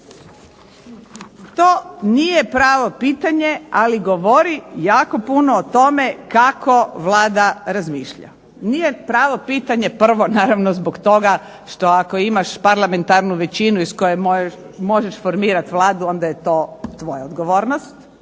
To nije pravo pitanje, ali govori jako puno o tome kako Vlada razmišlja. Nije pravo pitanje prvo naravno zbog toga što ako imaš parlamentarnu većinu iz koje možeš formirati Vladu onda je to tvoja odgovornost,